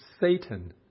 Satan